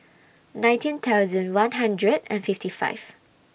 nineteen thousand one hundred and fifty five